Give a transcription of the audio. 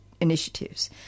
initiatives